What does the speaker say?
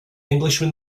englishman